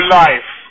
life